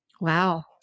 Wow